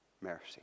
Mercy